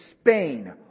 Spain